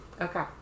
Okay